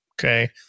okay